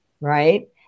right